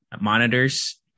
monitors